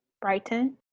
Brighton